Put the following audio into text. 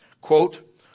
quote